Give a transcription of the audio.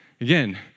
Again